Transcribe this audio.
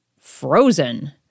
frozen